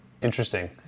Interesting